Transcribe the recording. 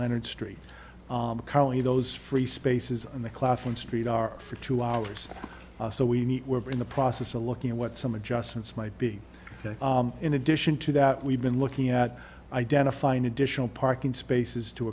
leonard street currently those free spaces on the clapham street are for two hours so we meet were in the process of looking at what some adjustments might be in addition to that we've been looking at identifying additional parking spaces to